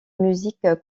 musique